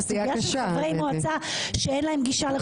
והסוגיה של חברי מועצה שאין להם גישה לחומרים,